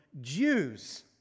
Jews